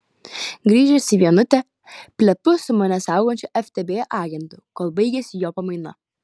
grįžęs į vienutę plepu su mane saugančiu ftb agentu kol baigiasi jo pamaina